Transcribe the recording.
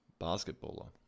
basketballer